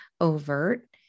overt